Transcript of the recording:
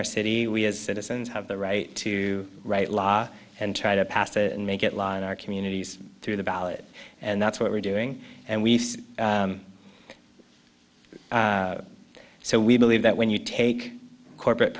our city we as citizens have the right to write law and try to pass it and make it law in our communities through the ballot and that's what we're doing and we face so we believe that when you take corporate